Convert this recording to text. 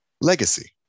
Legacy